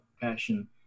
passion